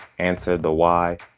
answer the why,